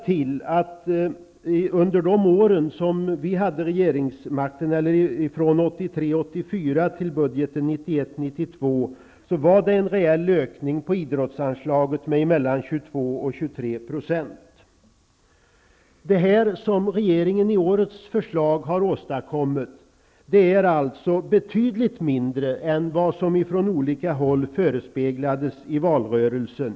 Till det skall man lägga att vi från 1983 92 genomförde en reell ökning av idrottsanslaget med mellan 22 och 23 %. Det som regeringen har åstadkommit genom årets förslag är alltså betydligt mindre än det som från olika håll förespeglades i valrörelsen.